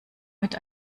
mit